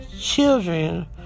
children